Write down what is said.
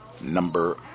Number